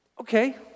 Okay